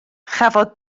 chafodd